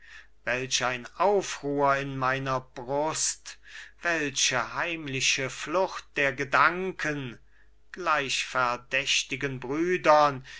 welch ein aufruhr in meiner brust welche heimliche flucht der gedanken gleich verdächtigen brüdern